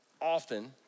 often